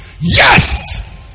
Yes